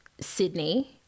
Sydney